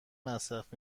مصرف